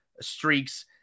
streaks